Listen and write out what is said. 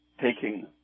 taking